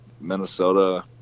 Minnesota